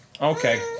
Okay